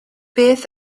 beth